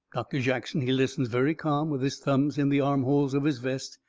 doctor jackson he listens very calm, with his thumbs in the armholes of his vest,